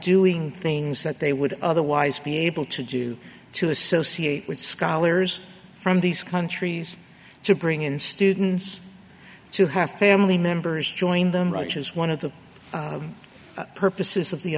doing things that they would otherwise be able to do to associate with scholars from these countries to bring in students to have family members join them raj is one of the purposes of the